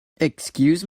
excuse